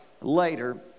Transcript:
later